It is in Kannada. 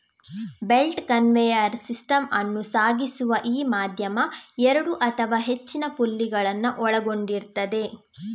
ಬೆಲ್ಟ್ ಕನ್ವೇಯರ್ ಸಿಸ್ಟಮ್ ಅನ್ನು ಸಾಗಿಸುವ ಈ ಮಾಧ್ಯಮ ಎರಡು ಅಥವಾ ಹೆಚ್ಚಿನ ಪುಲ್ಲಿಗಳನ್ನ ಒಳಗೊಂಡಿರ್ತದೆ